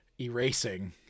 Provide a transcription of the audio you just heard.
erasing